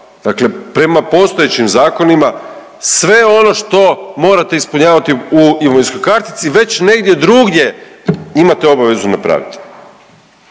dakle prema postojećim zakonima, sve ono što morate ispunjavati u imovinskoj kartici, već negdje drugdje imate obavezu napraviti.